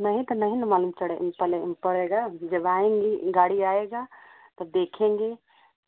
नहीं तो नहीं मालूम चढ़े पले पड़ेगा जब आएँगी गाड़ी आएगा तब देखेंगे